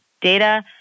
data